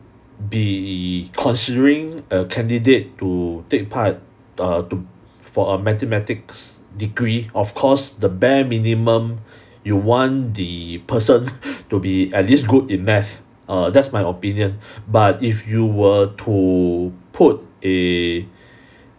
be considering a candidate to take part uh to for a mathematics degree of course the bare minimum you want the person to be at least good in math err that's my opinion but if you were to put a